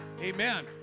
amen